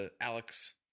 Alex